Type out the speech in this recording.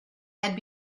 had